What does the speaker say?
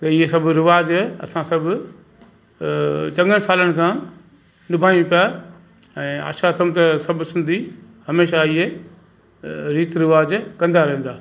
त इहे सभु रिवाज़ असां सभु चङनि सालनि खां निभायूं पिया ऐं आशा थम त सभु सिंधी हमेशह इहे रीति रिवाज़ कंदा रहंदा